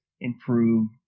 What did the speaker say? improve